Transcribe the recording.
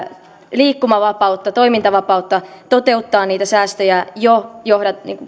liikkumavapautta toimintavapautta toteuttaa niitä säästöjä jo jo